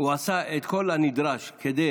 עשה את כל הנדרש כדי